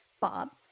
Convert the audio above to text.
Bob